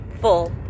full